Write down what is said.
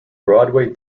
broadway